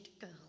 girl